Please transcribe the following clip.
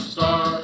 Star